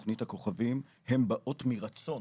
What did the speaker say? תוכנית הכוכבים, באות מרצון.